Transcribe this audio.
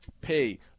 pay